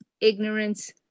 ignorance